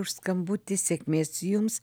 už skambutį sėkmės jums